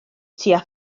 tua